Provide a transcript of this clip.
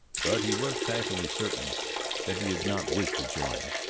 but he was passionately certain that he did not wish to join,